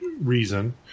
reason